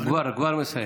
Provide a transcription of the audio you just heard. הוא כבר, הוא כבר מסיים.